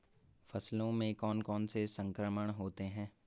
फसलों में कौन कौन से संक्रमण होते हैं?